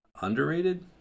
underrated